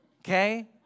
okay